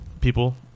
people